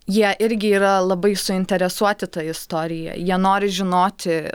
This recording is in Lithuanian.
jie irgi yra labai suinteresuoti ta istorija jie nori žinoti